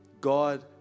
God